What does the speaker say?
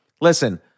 listen